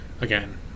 again